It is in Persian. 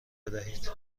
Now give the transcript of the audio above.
بدهید